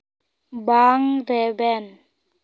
ᱵᱟᱝ ᱨᱮᱵᱮᱱ